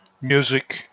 music